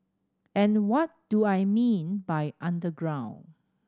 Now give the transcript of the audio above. and what do I mean by underground